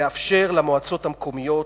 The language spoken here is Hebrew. לאפשר למועצות המקומיות,